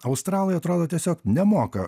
australai atrodo tiesiog nemoka